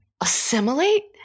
assimilate